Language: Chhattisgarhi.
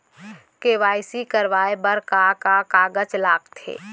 के.वाई.सी कराये बर का का कागज लागथे?